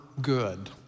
good